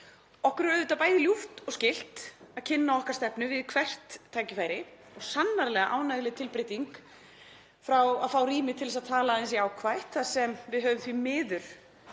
Okkur er auðvitað bæði ljúft og skylt að kynna okkar stefnu við hvert tækifæri og sannarlega ánægjuleg tilbreyting að fá rými til að tala aðeins jákvætt þar sem við höfum því miður